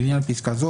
לעניין פסקה זו,